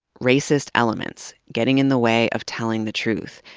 racist elements getting in the way of telling the truth.